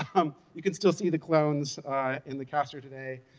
um you can still see the clones in the cast here today.